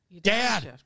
Dad